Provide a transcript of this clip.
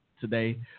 today